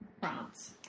France